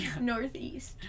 northeast